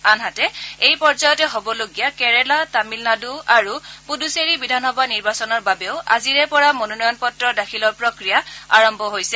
আনহাতে এটা পৰ্যায়তে হ'বলগীয়া কেৰালা তামিলনাডু আৰু পুডুচেৰী বিধানসভা নিৰ্বাচনৰ বাবেও আজিৰে পৰা মনোনয়ন পত্ৰ দাখিলৰ প্ৰক্ৰিয়া আৰম্ভ হৈছে